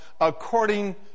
according